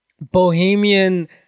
bohemian